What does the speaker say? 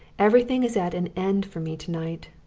everything is at an end for me to-night,